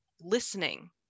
listening